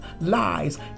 lies